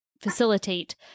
facilitate